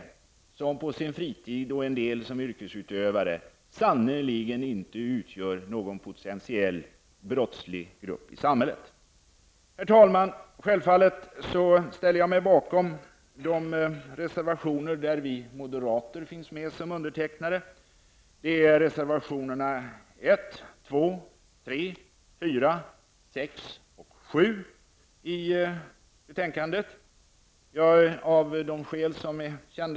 Dessa utgör sannerligen inte -- vare sig på fritiden eller i egenskap av yrkesutövare, som ju en del är -- någon potentiell grupp brottslingar i samhället. Herr talman! Självfallet ställer jag mig bakom de reservationer som vi moderater har varit med om att underteckna. Det gäller då reservationerna 1, 2, 3, 4, 6 och 7 i justitieutskottets betänkande 33.